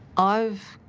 i've